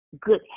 good